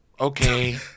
okay